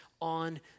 on